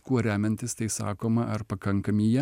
kuo remiantis tai sakoma ar pakankami jie